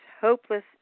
hopeless